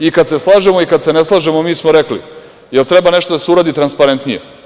I kad se slažemo i kad se ne slažemo, mi smo rekli – da li treba nešto da se uradi transparentnije?